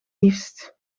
liefst